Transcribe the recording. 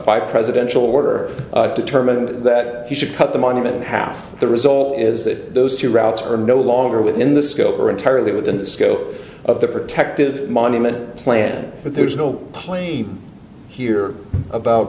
by presidential order determined that he should cut the monument and half the result is that those two routes are no longer within the scope are entirely within the scope of the protective monument plan but there is no plane here about